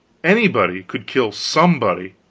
any body could kill some body,